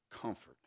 comfort